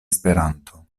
esperanto